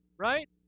right